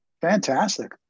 Fantastic